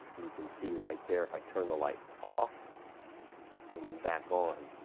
you can see right there if i turn the lights off and then back on,